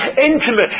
intimate